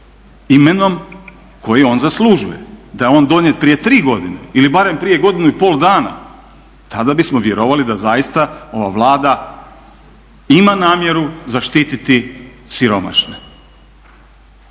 imenom koji on zaslužuje, da je on donijet prije tri godine ili barem prije godinu i pol dana tada bismo vjerovali da zaista ova Vlada ima namjeru zaštititi siromašne.